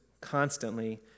constantly